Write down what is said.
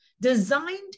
designed